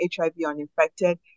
HIV-uninfected